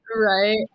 right